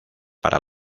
para